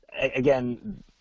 again